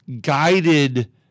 guided